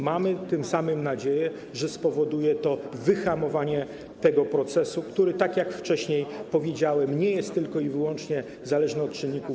Mamy tym samym nadzieję, że spowoduje to wyhamowanie tego procesu, który, tak jak wcześniej powiedziałem, nie jest tylko i wyłącznie zależny od czynników